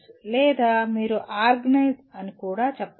లేదా మీరు ఆర్గనైజ్ అని కూడా చెప్పవచ్చు